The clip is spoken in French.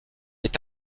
est